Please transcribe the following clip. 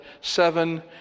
Seven